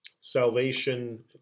salvation